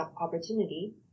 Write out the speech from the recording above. opportunity